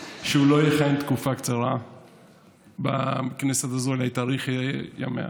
שהוא לא יכהן תקופה קצרה בכנסת הזאת אלא היא תאריך ימיה.